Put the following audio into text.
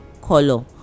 color